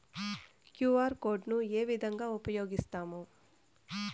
QR code ను ఏ విధంగా ఉపయగిస్తాము?